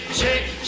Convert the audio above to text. shake